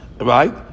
right